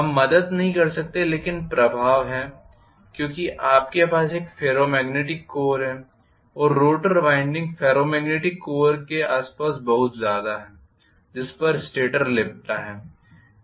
हम मदद नहीं कर सकते लेकिन प्रभाव है क्योंकि आपके पास एक फेरोमैग्नेटिक कोर हैं और रोटर वाइंडिंग फेरोमैग्नेटिक कोर के आसपास बहुत ज्यादा है जिस पर स्टेटर लिपटा है